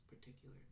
particular